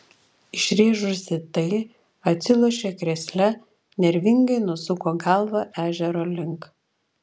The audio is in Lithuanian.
išrėžusi tai atsilošė krėsle nervingai nusuko galvą ežero link